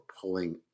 pulling